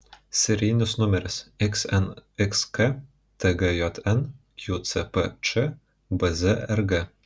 serijinis numeris xnxk tgjn qcpč bzrg